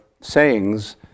sayings